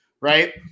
right